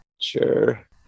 Sure